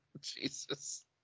Jesus